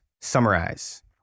summarize